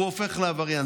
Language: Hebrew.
הוא הופך לעבריין.